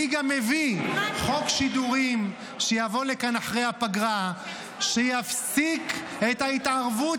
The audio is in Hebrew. אני גם מביא חוק שידורים שיבוא לכאן אחרי הפגרה שיפסיק את התערבות,